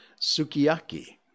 sukiyaki